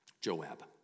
Joab